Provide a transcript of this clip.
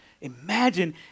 Imagine